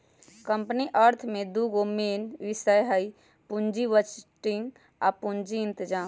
company अर्थ में दूगो मेन विषय हइ पुजी बजटिंग आ पूजी इतजाम